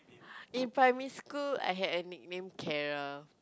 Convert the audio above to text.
in primary school I had a nickname Kara